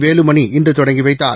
வேலுமணி இன்று தொடங்கி வைத்தார்